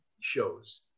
shows